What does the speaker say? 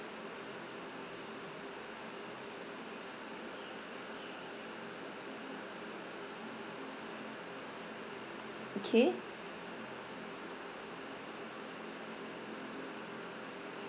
okay